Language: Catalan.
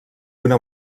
una